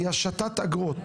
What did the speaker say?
היא השתת אגרות